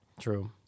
True